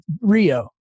rio